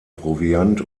proviant